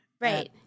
right